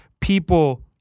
people